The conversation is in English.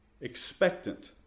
Expectant